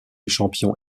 champion